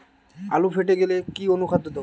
আলু ফেটে গেলে কি অনুখাদ্য দেবো?